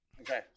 Okay